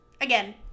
Again